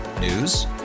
News